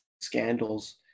scandals